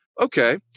okay